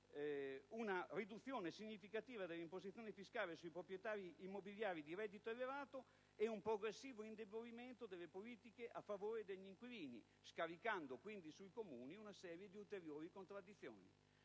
una riduzione significativa dell'imposizione fiscale sui proprietari immobiliari a reddito elevato ed un progressivo indebolimento delle politiche a favore degli inquilini, scaricando così sui Comuni una serie di ulteriori contraddizioni.